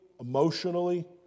emotionally